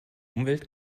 umwelt